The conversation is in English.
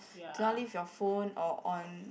do not leave your phone or on